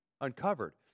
Uncovered